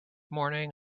morning